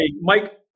Mike